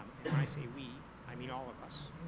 um and when i say we, i mean all of us,